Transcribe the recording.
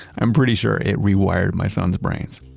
i'm pretty sure it rewired my son's brains.